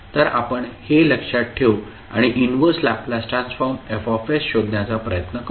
तर आपण हे लक्षात ठेवू आणि इनव्हर्स लॅपलास ट्रान्सफॉर्म F शोधण्याचा प्रयत्न करू